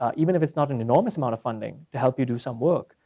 ah even if it's not an enormous amount of funding, to help you do some work.